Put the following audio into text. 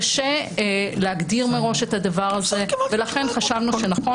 קשה להגדיר מראש את הדבר הזה ולכן חשבנו שנכון